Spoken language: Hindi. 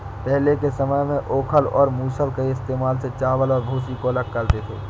पहले के समय में ओखल और मूसल के इस्तेमाल से चावल और भूसी को अलग करते थे